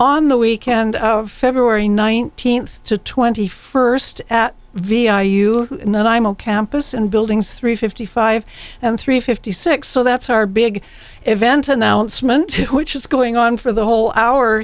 on the weekend february nineteenth to twenty first at v i you know i'm on campus and buildings three fifty five and three fifty six so that's our big event announcement which is going on for the whole hour